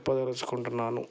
చెప్పదలుచుకుంటున్నాను